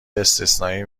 استثنایی